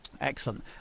Excellent